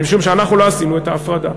משום שאנחנו לא עשינו את ההפרדה.